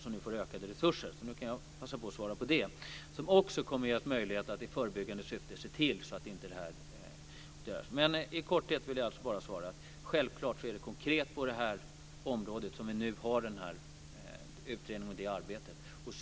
Den får nu ökade resurser som kommer att göra det möjligt att arbeta i förebyggande syfte. I korthet vill jag svara att det finns en utredning på det här området.